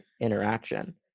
interaction